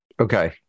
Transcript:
Okay